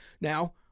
Now